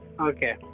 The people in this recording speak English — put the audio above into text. Okay